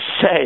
say